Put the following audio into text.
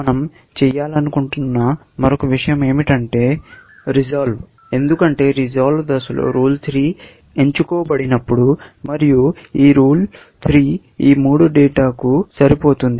మనం చేయాలనుకుంటున్న మరొక విషయం ఏమిటంటే రిసోల్వ్ ఎందుకంటే రిసోల్వ్ దశలో రూల్ 3 ఎంచుకోబడినప్పుడు మరియు ఈ రూల్ 3 ఈ 3 డేటాకు సరిపోతుంది